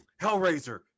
Hellraiser